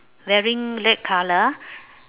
wearing red colour